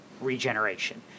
regeneration